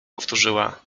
powtórzyła